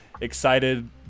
excited